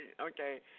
okay